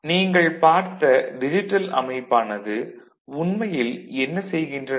நீங்கள் பார்த்த டிஜிட்டல் அமைப்பானது உண்மையில் என்ன செய்கின்றன